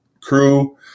crew